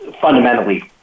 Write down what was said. fundamentally